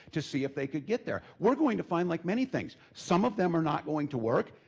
to see if they could get there. we're going to find like many things, some of them are not going to work,